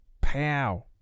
pow